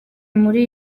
muri